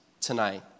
tonight